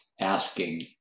asking